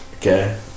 Okay